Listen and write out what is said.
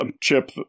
Chip